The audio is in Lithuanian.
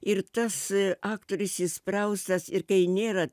ir tas aktorius įspraustas ir kai nėra